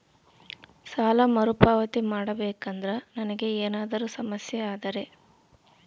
ಸಾಲ ಮರುಪಾವತಿ ಮಾಡಬೇಕಂದ್ರ ನನಗೆ ಏನಾದರೂ ಸಮಸ್ಯೆ ಆದರೆ?